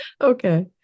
Okay